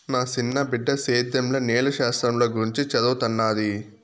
నా సిన్న బిడ్డ సేద్యంల నేల శాస్త్రంల గురించి చదవతన్నాది